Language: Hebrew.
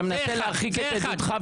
אתה מנסה להרחיק את עדותך,